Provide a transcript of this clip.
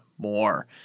more